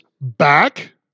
back